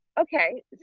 okay